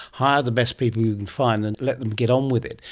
hire the best people you can find and let them get on with it.